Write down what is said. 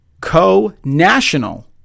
Co-National